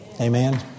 Amen